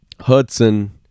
Hudson